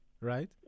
right